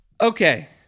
Okay